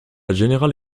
générale